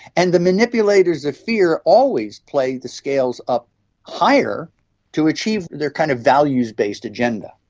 and the manipulators of fear always play the scales up higher to achieve their kind of values-based agenda.